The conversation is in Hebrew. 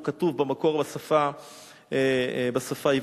הוא כתוב במקור בשפה היוונית,